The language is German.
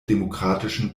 demokratischen